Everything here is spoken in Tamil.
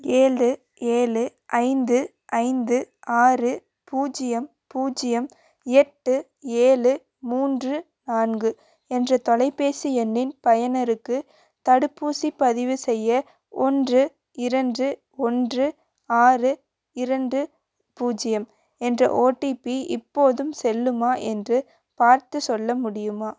ஏழு ஏழு ஐந்து ஐந்து ஆறு பூஜ்ஜியம் பூஜ்ஜியம் எட்டு ஏழு மூன்று நான்கு என்ற தொலைபேசி எண்ணின் பயனருக்கு தடுப்பூசி பதிவுசெய்ய ஒன்று இரண்டு ஒன்று ஆறு இரண்டு பூஜ்ஜியம் என்ற ஓடிபி இப்போதும் செல்லுமா என்று பார்த்துச் சொல்ல முடியுமா